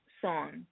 song